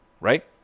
right